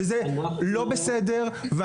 וזה לא בסדר.